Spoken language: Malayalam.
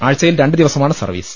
ആഴ്ച്ചയിൽ രണ്ട് ദിവസമാണ് സർവ്വീസ്